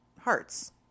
hearts